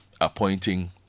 appointing